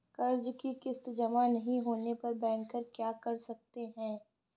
कर्ज कि किश्त जमा नहीं होने पर बैंकर क्या कर सकते हैं?